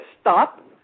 stop